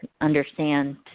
understand